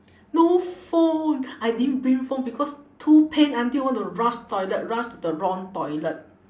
no phone I didn't bring phone because too pain until want to rush toilet rush to the wrong toilet